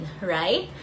right